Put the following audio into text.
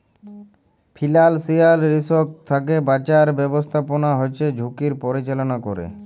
financial risk থ্যাকে বাঁচার ব্যাবস্থাপনা হচ্যে ঝুঁকির পরিচাললা ক্যরে